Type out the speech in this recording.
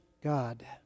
God